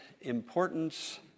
importance